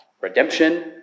redemption